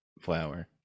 flower